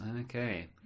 Okay